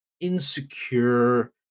insecure